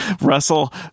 Russell